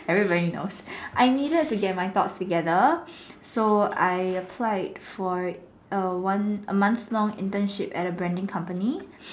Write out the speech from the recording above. everybody knows I needed to get my thought together so I applied for a one a month long internship at a branding company